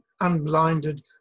unblinded